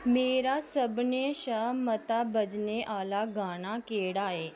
मेरा सभनें शा मता बज्जने आह्ला गाना केह्ड़ा ऐ